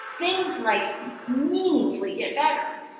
things like meaningfully get better.